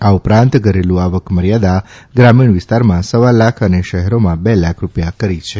આ ઉપરાંત ઘરેલું આવક મર્યાદા ગ્રામીણ વિસ્તારમાં સવા લાખ અને શહેરોમાં બે લાખ રૂપિયા કરી છે